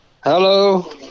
Hello